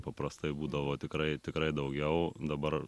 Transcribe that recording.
paprastai būdavo tikrai tikrai daugiau dabar